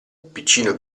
piccino